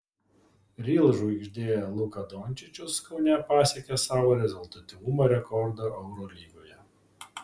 real žvaigždė luka dončičius kaune pasiekė savo rezultatyvumo rekordą eurolygoje